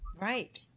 Right